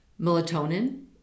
melatonin